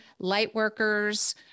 lightworkers